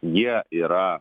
jie yra